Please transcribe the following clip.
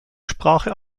sprache